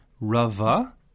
Rava